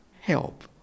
help